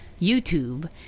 YouTube